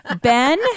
Ben